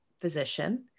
physician